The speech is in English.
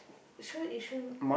sure Yishun